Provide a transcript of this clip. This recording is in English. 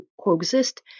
coexist